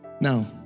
Now